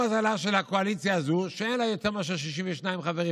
זו מזלה של הקואליציה הזאת שאין לה יותר מאשר 62 חברים,